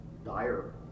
Dire